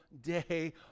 day